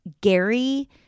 Gary